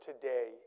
today